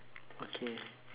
okay